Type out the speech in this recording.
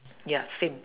ya same